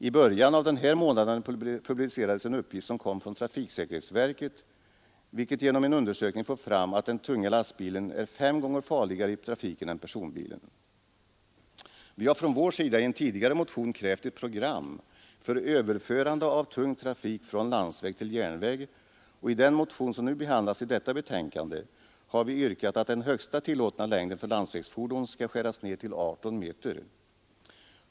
I början av denna månad publicerades en uppgift från trafiksäkerhetsverket, vilket genom en undersökning fått fram att den tunga lastbilen är fem gånger farligare i trafiken än personbilen. Vi har från vår sida i en tidigare motion krävt ett program för överförande av tung trafik från landsväg till järnväg, och i den motion som nu behandlats i detta betänkande har vi yrkat att den högsta tillåtna längden för landsvägsfordon skall skäras ned till 18 meter.